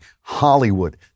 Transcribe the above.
Hollywood